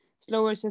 slower